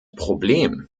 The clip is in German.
problem